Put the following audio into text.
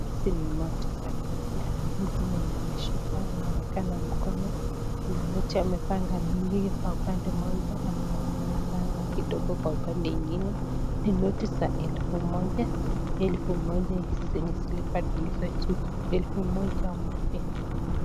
Hizi ni noti za Kenya, mtu mwenye ameshika anaonekana mkono kuna noti wa, epanga mingi kwa upande mmoja, na kuna zenye amepanga kidogo kwa upande ingine, ni noti za elfu moja, elfu moja zenye zilibadilishwa juzi elfu moja mpya.